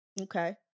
Okay